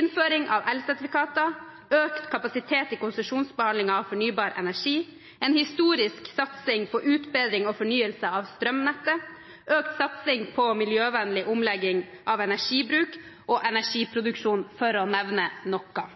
innføring av elsertifikater, økt kapasitet i konsesjonsbehandlingen av fornybar energi, en historisk satsing på utbedring og fornyelse av strømnettet samt økt satsing på miljøvennlig omlegging av energibruk og -energiproduksjon, for å nevne noe.